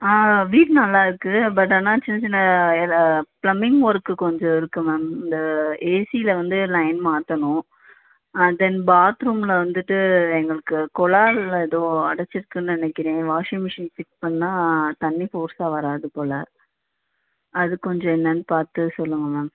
ஆ வீடு நல்லா இருக்குது பட் ஆனால் சின்ன சின்ன ஃபிளம்பிங் ஒர்க் கொஞ்சம் இருக்குது மேம் இந்த ஏசியில் வந்து லைன் மாற்றணும் அண்ட் தென் பாத்ரூமில் வந்துட்டு எங்களுக்கு கொழால ஏதோ அடைத்திருக்குன்னு நினைக்கிறேன் வாஷிங் மெஷின் ஃபிட் பண்ணால் தண்ணி ஃபோர்ஸாக வராது போல் அது கொஞ்சம் என்னன்னு பார்த்து சொல்லுங்கள் மேம்